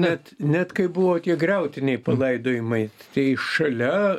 net net kai buvo tie griautiniai palaidojimai tai šalia